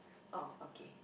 oh okay